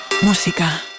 Música